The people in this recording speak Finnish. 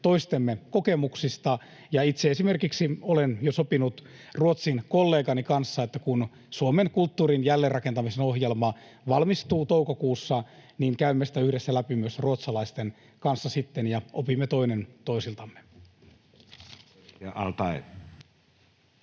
toistemme kokemuksista. Itse esimerkiksi olen jo sopinut Ruotsin-kollegani kanssa, että kun Suomen kulttuurin jälleenrakentamisen ohjelma valmistuu toukokuussa, niin käymme sitä sitten yhdessä läpi myös ruotsalaisten kanssa ja opimme toinen toisiltamme. Edustaja